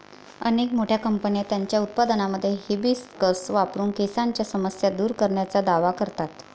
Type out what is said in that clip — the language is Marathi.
अनेक मोठ्या कंपन्या त्यांच्या उत्पादनांमध्ये हिबिस्कस वापरून केसांच्या समस्या दूर करण्याचा दावा करतात